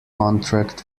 contract